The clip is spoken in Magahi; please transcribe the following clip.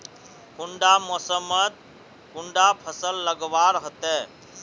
कुंडा मोसमोत कुंडा फसल लगवार होते?